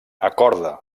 acorda